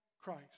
Christ